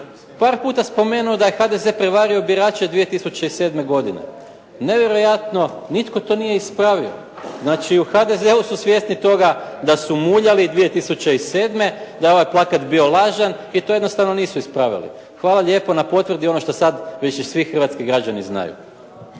par puta spomenuo da je HDZ prevario birače 2007. godine. Nevjerojatno nitko to nije ispravio. Znači u HDZ-u su svjesni toga da su muljali 2007., da je ovaj plakat bio lažan i to jednostavno nisu ispravili. Hvala lijepo na potvrdi ono što sad već i svi hrvatski građani znaju.